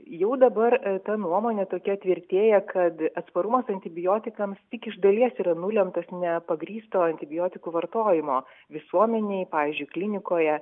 jau dabar ta nuomonė tokia tvirtėja kad atsparumas antibiotikams tik iš dalies yra nulemtas nepagrįsto antibiotikų vartojimo visuomenėj pavyzdžiui klinikoje